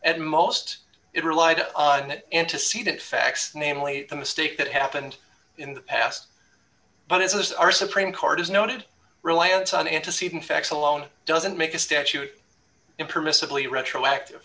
at most it relied on antecedent facts namely the mistake that happened in the past but as our supreme court has noted reliance on the antecedent facts alone doesn't make a statute impermissibly retroactive